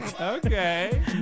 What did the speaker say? Okay